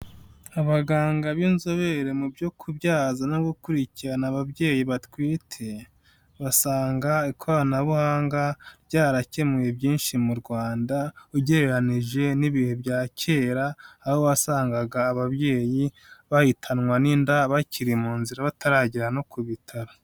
Abaganga b'inzobere mu byo kubyaza no gukurikirana ababyeyi batwite, basanga ikoranabuhanga, ryarakemuye byinshi mu Rwanda ugereranije n'ibihe bya kera, aho wasangaga ababyeyi bahitanwa n'inda bakiri mu nzira bataragera no ku bitaro.